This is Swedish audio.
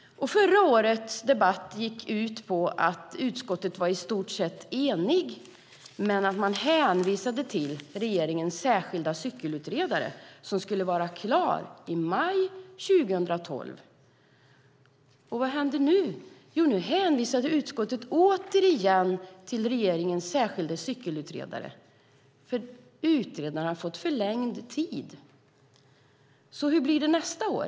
Förra årets debatt gick ut på att utskottet var i stort sett enigt, men man hänvisade till regeringens särskilde cykelutredare som skulle vara klar med utredningen i maj 2012. Och vad händer nu? Jo, nu hänvisar utskottet återigen till regeringens särskilde cykelutredare, för utredaren har fått förlängd tid. Så hur blir det nästa år?